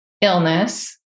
illness